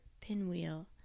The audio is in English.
Pinwheel